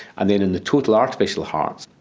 and then in the total artificial heart,